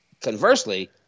Conversely